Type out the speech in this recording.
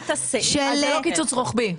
זה לא עובד, אז זה לא קיצוץ רוחבי.